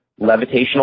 levitational